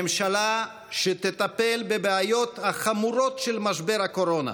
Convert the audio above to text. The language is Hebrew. ממשלה שתטפל בבעיות החמורות של משבר הקורונה,